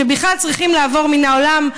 שבכלל צריכים לעבור מן העולם,